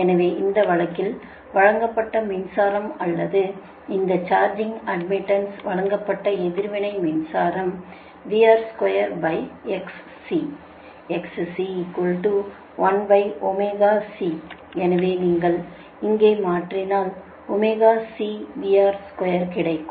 எனவே அந்த வழக்கில் வழங்கப்பட்ட மின்சாரம் அல்லது இந்த சார்ஜிங் அட்மிட்டன்ஸ் வழங்கப்பட்ட எதிர்வினை மின்சாரம் எனவே நீங்கள் இங்கே மாற்றினால் கிடைக்கும்